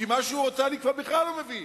כי מה שהוא רוצה אני כבר בכלל לא מבין.